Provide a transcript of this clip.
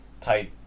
type